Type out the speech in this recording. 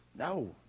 No